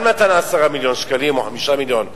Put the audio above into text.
הוא גם נתן 10 מיליון שקלים או 5 מיליון,